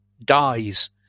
dies